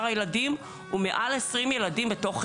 הילדים הוא מעל עשרים ילדים בתוך חדר,